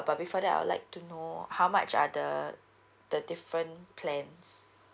but before that I would like to know how much are the the different plans